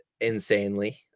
Insanely